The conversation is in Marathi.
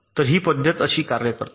तर ही पद्धत अशी कार्य करते